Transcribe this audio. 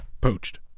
poached